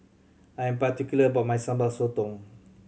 I'm particular about my Sambal Sotong